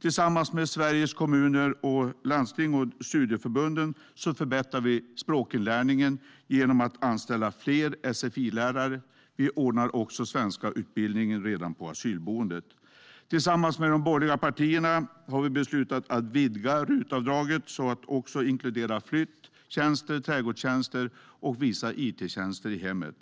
Tillsammans med Sveriges kommuner, landstingen och studieförbunden förbättrar vi språkinlärningen genom att anställa fler sfi-lärare. Vi anordnar också utbildning i svenska redan på asylboendet. Tillsammans med de borgerliga partierna har vi beslutat att vidga RUT-avdraget så att de också inkluderar flyttjänster, trädgårdstjänster och vissa it-tjänster i hemmet.